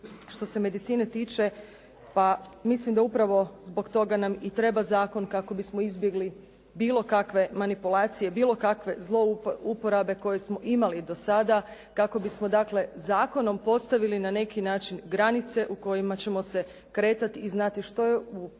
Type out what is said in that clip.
Što se medicine tiče pa mislim da upravo zbog toga nam i treba zakon kako bismo izbjegli bilo kakve manipulacije, bilo kakve zlouporabe koje smo imali do sada, kako bismo dakle zakonom postavili na neki način granice u kojima ćemo se kretati i znati što je u području